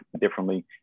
differently